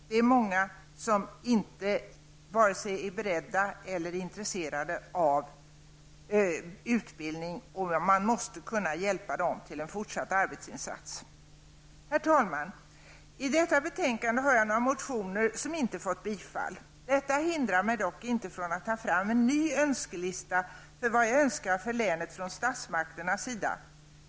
Det är många som varken är beredda eller intresserade av att sätta i gång med en utbildning, och dem måste man kunna hjälpa till en fortsatt arbetsinsats. Herr talman! I detta betänkande behandlas några motioner som jag har avgivit. De har inte tillstyrkts, men det hindrar mig dock inte från att ta fram en ny önskelista för vad jag önskar för länet från statsmakternas sida.